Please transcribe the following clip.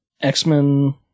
X-Men